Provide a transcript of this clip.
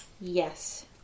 yes